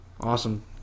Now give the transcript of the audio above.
Awesome